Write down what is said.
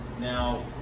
now